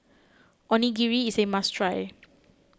Onigiri is a must try